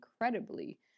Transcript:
incredibly